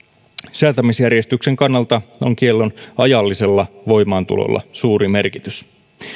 säätämisjärjestyksen kannalta on kiellon ajallisella voimaantulolla suuri merkitys